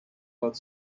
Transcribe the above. both